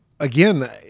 Again